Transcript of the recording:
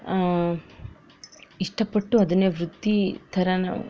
ಇಷ್ಟಪಟ್ಟು ಅದನ್ನೇ ವೃತ್ತಿ ಥರನು